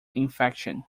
infection